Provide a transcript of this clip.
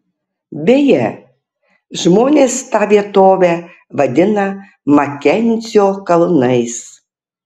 beje žmonės tą vietovę vadina makenzio kalnais